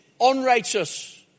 unrighteous